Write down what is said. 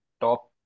top